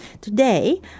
Today